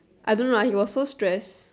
I don't know lah he was so stress